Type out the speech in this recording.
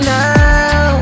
now